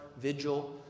vigil